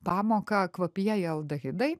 pamoką kvapieji aldehidai